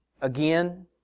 again